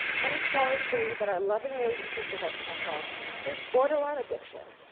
many scholars believe that our loving relationships with our smartphone is borderline addiction.